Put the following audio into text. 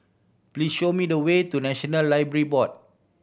please show me the way to National Library Board